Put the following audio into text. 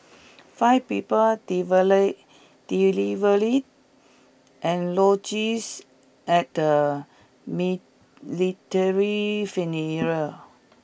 five people eulogies at the military